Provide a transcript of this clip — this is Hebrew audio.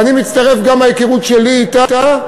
ואני מצטרף גם מההיכרות שלי אתה.